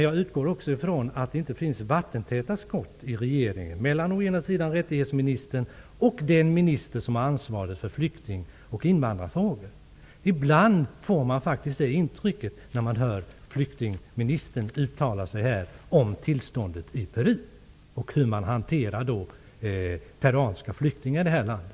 Jag utgår också ifrån att det inte finns vattentäta skott i regeringen mellan å ena sidan rättighetsministern och å andra sidan den minister som har ansvaret för flykting och invandrarfrågor. Ibland får man faktiskt det intrycket när man hör flyktingministern uttala sig om tillståndet i Peru och om hur man hanterar peruanska flyktingar i det här landet.